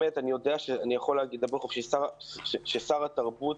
שר התרבות